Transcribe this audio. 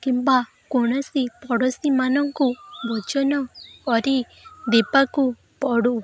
କିମ୍ବା କୌଣସି ପଡ଼ୋଶୀ ମାନଙ୍କୁ ଭୋଜନ କରି ଦେବାକୁ ପଡ଼ୁ